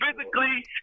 physically